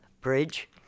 bridge